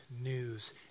news